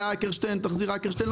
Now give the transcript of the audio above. היה אקרשטיין תחזיר אקרשטיין,